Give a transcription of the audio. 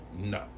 no